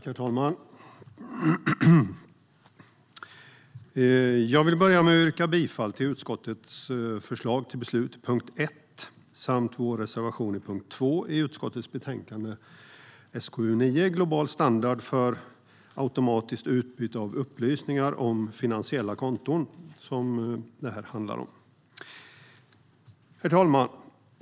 Herr talman! Jag vill börja med att yrka bifall till utskottets förslag till beslut i punkt 1 samt till vår reservation i punkt 2 i utskottets betänkande SkU9 En global standard för automatiskt utbyte av upplysningar om finansiella konton . Herr talman!